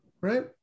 Right